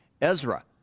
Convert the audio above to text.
Ezra